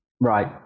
Right